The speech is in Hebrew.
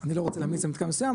אני לא רוצה להמליץ על מתקן מסוים,